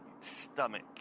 stomach